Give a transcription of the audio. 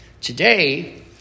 Today